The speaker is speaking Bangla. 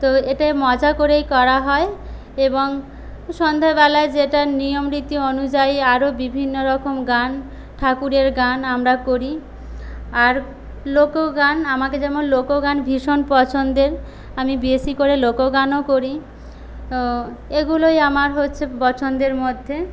তো এটা মজা করেই করা হয় এবং সন্ধ্যাবেলায় যেটা নিয়মরীতি অনুযায়ী আরও বিভিন্নরকম গান ঠাকুরের গান আমরা করি আর লোকগান আমাকে যেমন লোকগান ভীষণ পছন্দের আমি বেশি করে লোকগানও করি এগুলোই আমার হচ্ছে পছন্দের মধ্যে